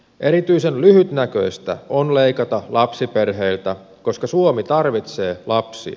erityisen lyhytnäköistä on leikata lapsiperheiltä koska suomi tarvitsee lapsia